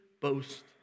boast